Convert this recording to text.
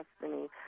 destiny